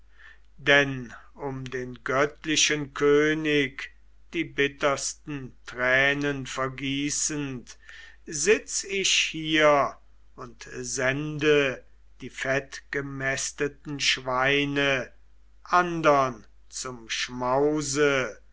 denn um den göttlichen könig die bittersten tränen vergießend sitz ich hier und sende die fettgemästeten schweine andern zum schmause